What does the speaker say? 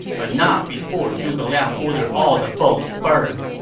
but not before zhuge liang ordered all the boats burned,